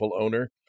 owner